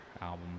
album